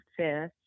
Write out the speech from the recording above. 5th